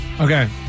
Okay